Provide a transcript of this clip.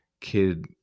kid